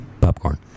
popcorn